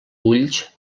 ulls